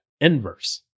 inverse